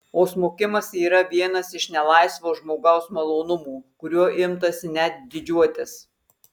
o smukimas yra vienas iš nelaisvo žmogaus malonumų kuriuo imtasi net didžiuotis